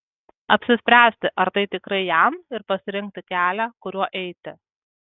apsispręsti ar tai tikrai jam ir pasirinkti kelią kuriuo eiti